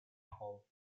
hall